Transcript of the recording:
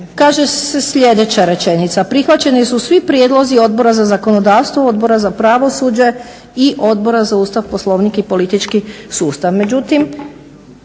kaže sljedeća rečenica: "Prihvaćeni su svi prijedlozi Odbora za zakonodavstvo, Odbora za pravosuđe i Odbora za Ustav, poslovnik i politički sustav."